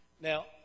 Now